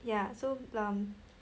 ya so um